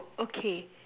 okay